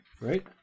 right